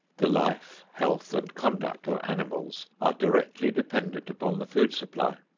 the life, health and conduct of animals are directly dependent upon the food supply.